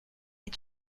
est